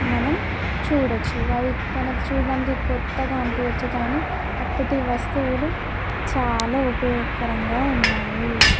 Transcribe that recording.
మనం చూడవచ్చు అవి మనకి చూడటానికి క్రొత్తగా అనిపించవచ్చు కానీ అప్పటి వస్తువులు చాలా ఉపయోగకరంగా ఉన్నాయి